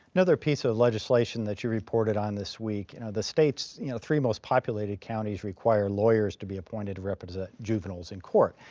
another piece of legislation that you reported on this week, the state's you know three most populated counties require lawyers to be appointed to represent juveniles in court.